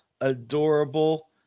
adorable